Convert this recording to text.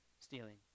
stealing